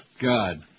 God